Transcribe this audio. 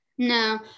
No